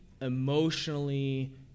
emotionally